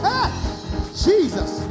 Jesus